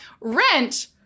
Rent